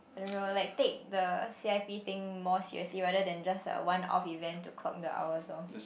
I don't know like take the c_i_p thing more seriously rather than just a one off event to clock the hours lor